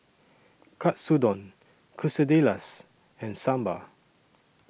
Katsudon Quesadillas and Sambar